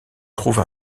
trouve